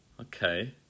Okay